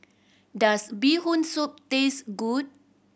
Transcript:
does Bee Hoon Soup taste good